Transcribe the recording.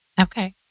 Okay